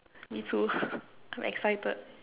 me too I'm excited